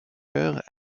heures